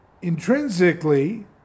Intrinsically